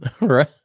right